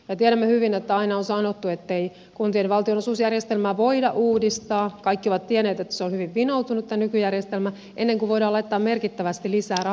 tiedämme hyvin että aina on sanottu ettei kuntien valtionosuusjärjestelmää voida uudistaa kaikki ovat tienneet että tämä nykyjärjestelmä on hyvin vinoutunut ennen kuin voidaan laittaa merkittävästi lisää rahaa järjestelmään